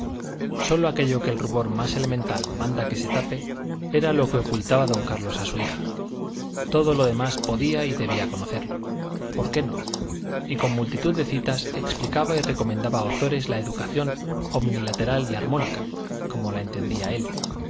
sólo aquello que el rubor más elemental manda que se tape era lo que ocultaba don carlos a su hija todo lo demás podía y debía conocerlo por qué no y con multitud de citas explicaba y recomendaba ozores la educación omnilateral y armónica como la entendía él